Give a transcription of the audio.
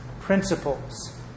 principles